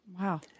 Wow